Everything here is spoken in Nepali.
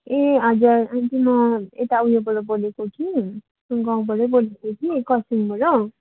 ए हजुर आन्टी म यता उयोबाट बोलेको कि गाउँबाटै बोलेको कि कर्सियङबाट